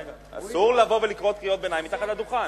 אסור לבוא ולקרוא קריאות ביניים מתחת לדוכן.